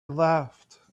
laughed